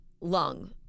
lung